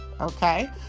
Okay